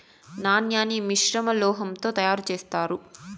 నాణాన్ని మిశ్రమ లోహం తో తయారు చేత్తారు